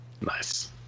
Nice